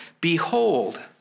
Behold